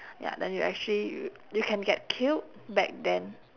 ya then you actually y~ you can get killed back then